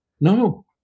no